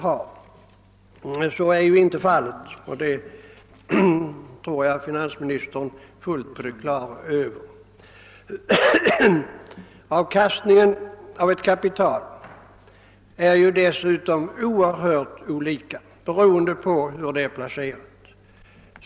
Men så är ju inte fallet, och jag tror också att finansministern är fullt på det klara med det. Avkastningen av ett kapital är dessutom mycket olika beroende på placeringen.